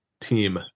team